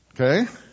Okay